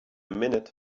minute